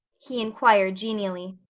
he inquired genially.